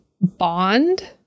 bond